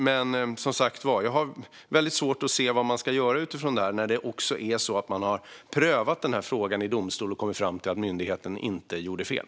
Men jag har som sagt väldigt svårt att se vad man ska göra i detta fall, när man har prövat frågan i domstol och kommit fram till att myndigheten inte gjort fel.